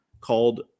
called